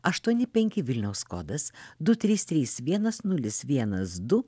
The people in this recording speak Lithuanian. aštuoni penki vilniaus kodas du trys trys vienas nulis vienas du